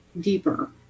deeper